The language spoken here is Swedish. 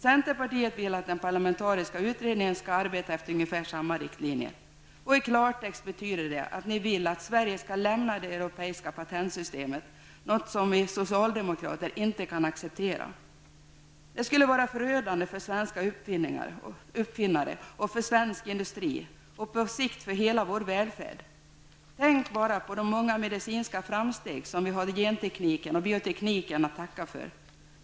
Centerpartiet vill att den parlamentariska utredningen skall arbeta efter ungefär samma riktlinjer. I klartext betyder det att ni vill att Sverige skall lämna det europeiska patentsystemet, något som vi socialdemokrater inte kan acceptera. Det skulle vara förödande för svenska uppfinnare, för svensk industri och på sikt för hela vår välfärd. Tänk bara på de många medicinska framsteg som vi har gentekniken och biotekniken att tacka för.